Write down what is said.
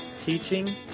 teaching